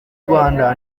rwanda